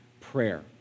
prayer